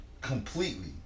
completely